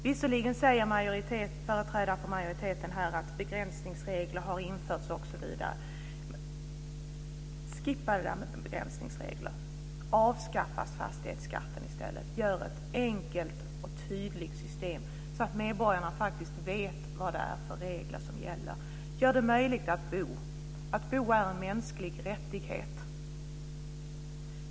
Visserligen säger företrädare för majoriteten här att begränsningsregler har införts osv. Skippa det där med begränsningsregler! Avskaffa fastighetsskatten i stället! Gör ett enkelt och tydligt system, så att medborgarna vet vad det är för regler som gäller! Gör det möjligt att bo! Att bo är en mänsklig rättighet.